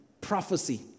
prophecy